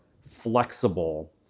flexible